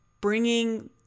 bringing